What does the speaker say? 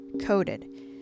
coated